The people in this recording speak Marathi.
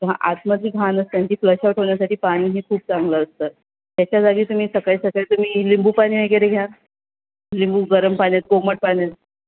जेव्हां आतमधली घाण असते नं ती फ्लश आऊट होण्यासाठी पाणी हे खूप चांगलं असतं त्याच्याजागी तुम्ही सकाळी सकाळी तुम्ही लिंबूपाणी वगैरे घ्या लिंबू गरम पाण्यात कोमट पाण्यात